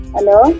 Hello